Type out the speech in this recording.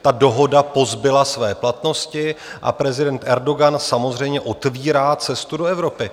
Ta dohoda pozbyla své platnosti a prezident Erdogan samozřejmě otvírá cestu do Evropy.